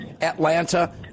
atlanta